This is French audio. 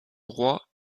roi